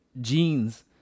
jeans